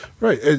Right